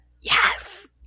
Yes